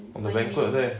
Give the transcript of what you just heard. on the banquet there